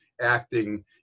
acting